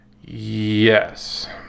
Yes